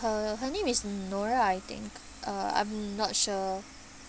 her her name is nora I think uh I'm not sure